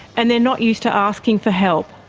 and they're not used to asking for help.